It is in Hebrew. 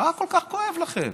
מה כל כך כואב לכם.